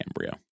embryo